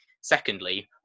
secondly